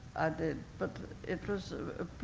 did. but it was